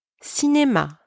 cinéma